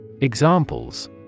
Examples